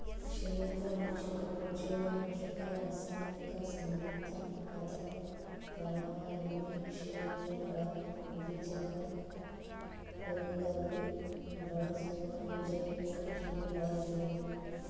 ಶಿಲೀಂಧ್ರನಾಶಕವು ಜೀವನಾಶಕ ರಾಸಾಯನಿಕ ಸಂಯುಕ್ತ ಅಥವಾ ಪರಾವಲಂಬಿ ಶಿಲೀಂಧ್ರಗಳ ಬೀಜಕ ಕೊಲ್ಲಲು ಬಳಸುವ ಜೈವಿಕ ಜೀವಿಗಳಾಗಿವೆ